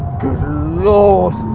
good lord.